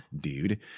dude